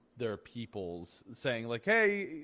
their people's saying like hey,